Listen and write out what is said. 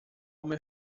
meu